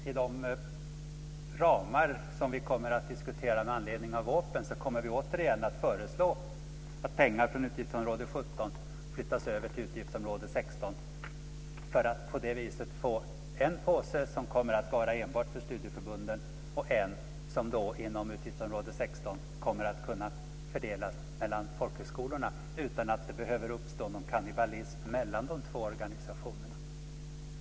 I de ramar som vi kommer att diskutera med anledning av vårpropositionen kommer vi återigen att föreslå att pengar från utgiftsområde 17 flyttas över till utgiftsområde 16 för att på det viset få en påse som kommer att vara enbart för studieförbunden och en påse som inom utgiftsområde 16 kommer att kunna fördelas mellan folkhögskolorna utan att det behöver uppstå någon kannibalism mellan de två grupperna av organisationer.